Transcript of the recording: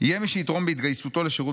יהיה מי שיתרום בהתגייסותו לשירות